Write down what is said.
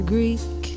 Greek